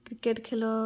cricket ଖେଳ